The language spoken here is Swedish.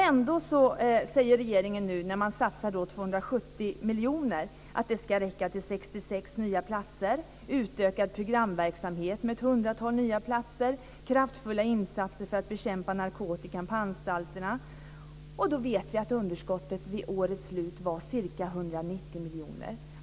Ändå säger regeringen, när man nu satsar 270 miljoner, att det ska räcka till 66 nya platser, utökad programverksamhet med ett hundratal nya platser och kraftfulla insatser för att bekämpa narkotikan på anstalterna. Då vet vi att underskottet vid årets slut var ca 190 miljoner.